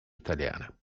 italiana